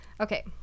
Okay